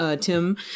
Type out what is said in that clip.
Tim